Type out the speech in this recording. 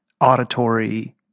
auditory